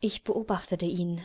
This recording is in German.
ich beobachtete ihn